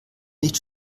nicht